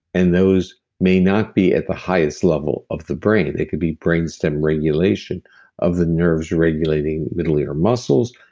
and those may not be at the highest level of the brain. it could be brainstem regulation of the nerves regulating middle ear muscles,